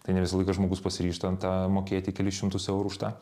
tai ne visą laiką žmogus pasiryžta tą mokėti kelis šimtus eurų už tą